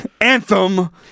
anthem